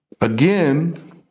again